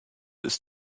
ist